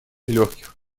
легких